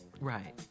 Right